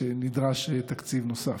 שנדרש תקציב נוסף,